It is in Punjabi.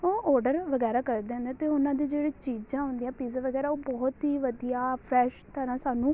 ਉਹ ਔਡਰ ਵਗੈਰਾ ਕਰਦੇ ਨੇ ਅਤੇ ਉਹਨਾਂ ਦੇ ਜਿਹੜੇ ਚੀਜ਼ਾਂ ਹੁੰਦੀਆਂ ਪੀਜ਼ਾ ਵਗੈਰਾ ਉਹ ਬਹੁਤ ਹੀ ਵਧੀਆ ਫਰੈਸ਼ ਤਰ੍ਹਾਂ ਸਾਨੂੰ